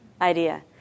idea